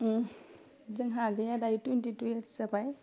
जोंहा आगैया दायो टुइन्टि टु इयारस जाबाय